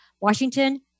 Washington